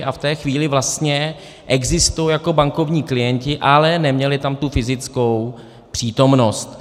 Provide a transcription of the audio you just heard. A v té chvíli vlastně existují jako bankovní klienti, ale neměli tam tu fyzickou přítomnost.